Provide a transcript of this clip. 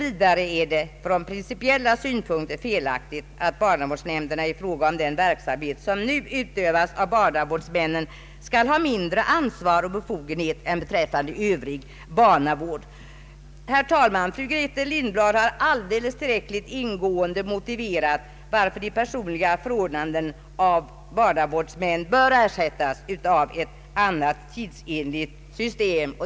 Vidare är det från principiella synpunkter felaktigt att barnavårdsnämnderna i fråga om den verksamhet, som nu utövas av barnavårdsmännen, skall ha mindre ansvar och befogenhet än beträffande övrig barnavård. Herr talman! Fru Grethe Lundblad har alldeles tillräckligt motiverat att de personliga förordnandena av barnavårdsmän bör ersättas av ett annat, tidsenligt system.